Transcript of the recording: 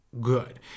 good